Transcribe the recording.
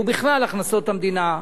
ובכלל הכנסות המדינה,